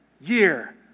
year